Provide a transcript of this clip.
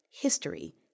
history